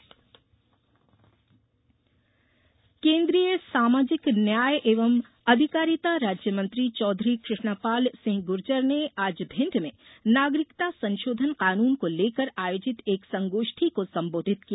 भाजपा अभियान केन्द्रीय सामाजिक न्याय एवं अधिकारिता राज्य मंत्री चौधरी कृष्णपाल सिंह गुर्जर ने आज भिण्ड में नागरिकता संशोधन कानून को लेकर आयोजित एक संगोष्ठि को संबोधित किया